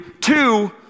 two